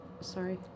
Sorry